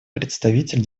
представитель